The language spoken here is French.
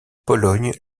pologne